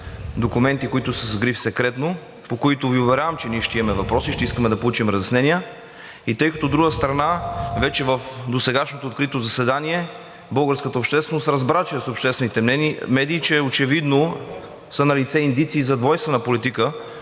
документи, които са с гриф „Секретно“, по които Ви уверявам, че ние ще имаме въпроси и че ще искаме да получим разяснения, и тъй като, от друга страна, вече в досегашното открито заседание българската общественост разбра чрез обществените медии, че очевидно са налице индикации за двойствена политика,